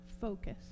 focus